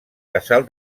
casal